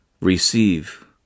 Receive